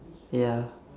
ya